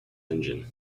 engine